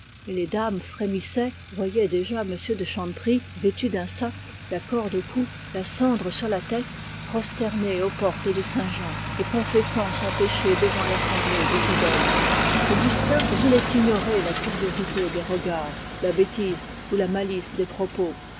les dames frémissaient voyaient déjà m de chanteprie vêtu d'un sac la corde au cou la cendre sur la tête prosterné aux portes de saint-jean et confessant son péché devant l'assemblée des fidèles augustin voulait ignorer la bêtise ou la malice des propos